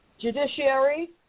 Judiciary